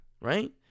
right